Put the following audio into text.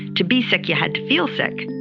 to be sick, you had to feel sick.